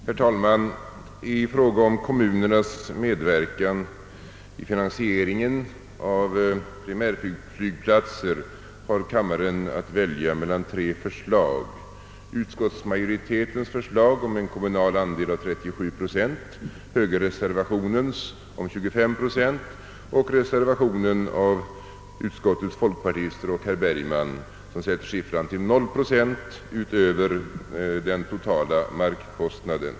Herr talman! I fråga om kommunernas medverkan i finansieringen av primärflygplatser har kammaren att välja mellan tre förslag: utskottsmajoritetens förslag om ett kommunalt bidrag med 37,5 procent, högerreservationens om 25 procent och folkpartisternas och herr Bergmans reservationsförslag, där siffran blivit 0 procent utöver den totala markkostnaden.